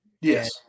Yes